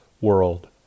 world